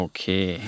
Okay